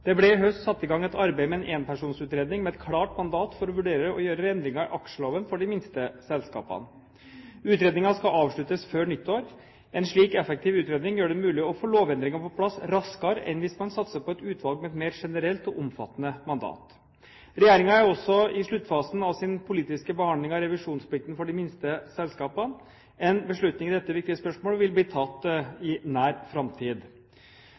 Det ble i høst satt i gang et arbeid med en enpersonsutredning med et klart mandat for å vurdere å gjøre endringer i aksjeloven for de minste selskapene. Utredningen skal avsluttes før nyttår. En slik effektiv utredning gjør det mulig å få lovendringer på plass raskere enn hvis man satser på et utvalg med et mer generelt og omfattende mandat. Regjeringen er også i sluttfasen av sin politiske behandling av revisjonsplikten for de minste selskapene. En beslutning i dette viktige spørsmålet vil bli tatt i nær framtid.